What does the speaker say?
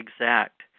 exact